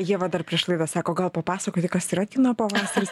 ieva dar prieš laidą sako gal papasakoti kas yra kino pavasaris